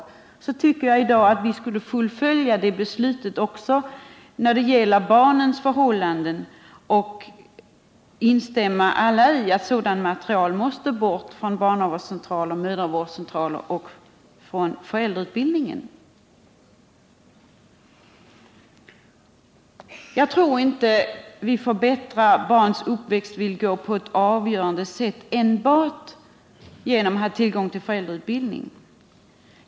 Jag tycker att vi i dag borde fullfölja det beslutet genom att också när det gäller barnens förhållanden instämma i att sådant material måste bort från barnavårdscentraler, från mödravårdscentraler och från föräldrautbildning. Jag tror inte att vi förbättrar barns uppväxtvillkor på ett avgörande sätt enbart genom att ha tillgång till föräldrautbildning.